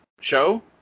show